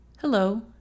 Hello